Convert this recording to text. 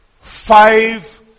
five